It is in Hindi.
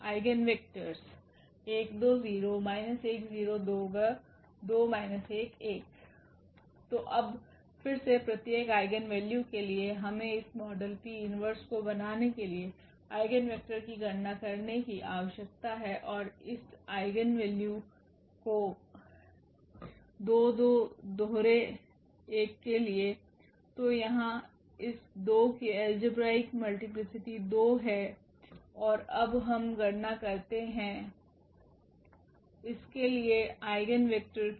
आइगेन वेक्टरस तो अब फिर से प्रत्येक आइगेन वैल्यू के लिए हमें इस मॉडल P 1 को बनाने के लिए आइगेन वेक्टर की गणना करने की आवश्यकता है और इस आइगेन वैल्यू value 22 दोहरे 1 के लिए तो यहाँ इस 2 की अलजेबरीक मल्टीप्लीसिटी 2 है और अब हम गणना करते हैं इस के लिए आइगेन वेक्टर की